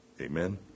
Amen